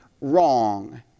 wrong